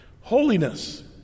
holiness